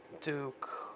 Duke